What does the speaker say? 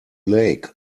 lake